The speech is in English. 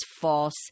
false